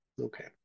okay